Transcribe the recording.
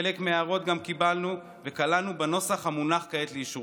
חלק מההערות גם קיבלנו וכללנו בנוסח המונח כעת לאישורכם.